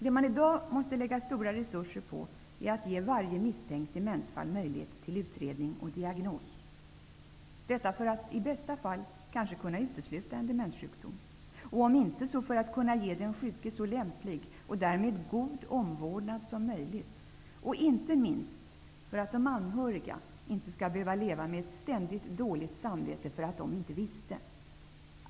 Det man i dag måste lägga stora resurser på är att ge varje misstänkt demensfall möjlighet till utredning och diagnos. Detta för att i bästa fall kanske kunna utesluta en demenssjukdom -- om inte för att kunna ge den sjuke så lämplig och därmed god omvårdnad som möjligt, men inte minst för att de anhöriga inte skall behöva leva med ett ständigt dåligt samvete för att de inte visste.